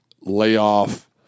layoff